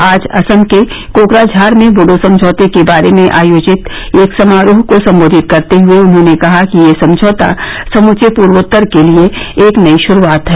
आज असम के कोकराझार में बोडो समझौते के बारे में आयोजित एक समारोह को संबोधित करते हुए उन्होंने कहा कि यह समझौता समुचे पूर्वोत्तर के लिए एक नई शरूआत है